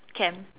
Ken